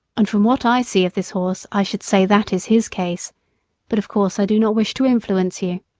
and from what i see of this horse i should say that is his case but of course i do not wish to influence you.